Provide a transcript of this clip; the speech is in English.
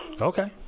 Okay